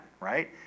Right